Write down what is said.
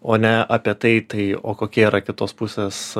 o ne apie tai tai o kokie yra kitos pusės